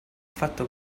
fatto